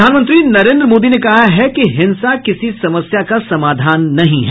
प्रधानमंत्री नरेन्द्र मोदी ने कहा है कि हिंसा किसी समस्या का समाधान नहीं है